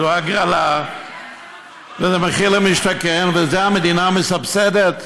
זו הגרלה, זה מחיר למשתכן, ואת זה המדינה מסבסדת?